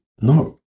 no